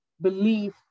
belief